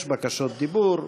יש בקשות דיבור.